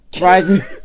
rising